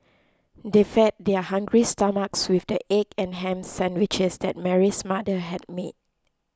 they fed their hungry stomachs with the egg and ham sandwiches that Mary's mother had made